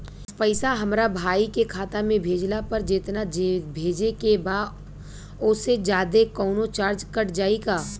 पैसा हमरा भाई के खाता मे भेजला पर जेतना भेजे के बा औसे जादे कौनोचार्ज कट जाई का?